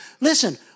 Listen